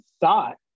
thought